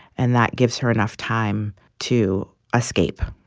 and that gives her enough time to escape.